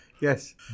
Yes